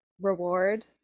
reward